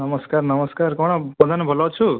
ନମସ୍କାର ନମସ୍କାର କଣ ପ୍ରଧାନ ଭଲ ଅଛୁ